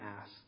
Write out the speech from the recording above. ask